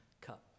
cup